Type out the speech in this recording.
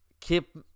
keep